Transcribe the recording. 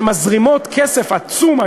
שמזרימות כסף עצום,